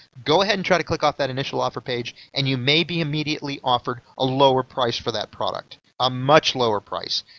go ahead and try to click off that initial offer page and you may be immediately be offered a lower price for that product a much lower price.